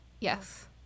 Yes